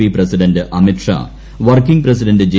P president Amit Shah working president J